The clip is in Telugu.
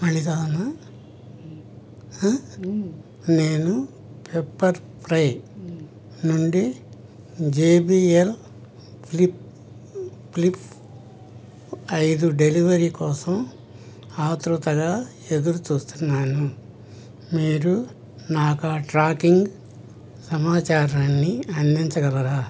మళ్ళీ చదవనా నేను పెప్పర్ఫ్రై నుండి J B L flip cliff ఐదు డెలివరీ కోసం ఆత్రుతగా ఎదురుచూస్తున్నాను మీరు నాకు ఆ ట్రాకింగ్ సమాచారాన్ని అందించగలరా